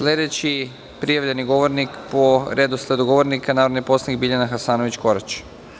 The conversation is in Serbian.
Sledeći prijavljeni govornik po redosledu govornika je narodni poslanik Biljana Hasanović Korać.